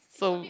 so